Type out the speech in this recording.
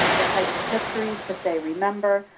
the types of history that they remember,